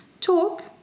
Talk